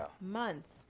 months